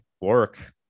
work